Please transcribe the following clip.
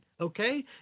Okay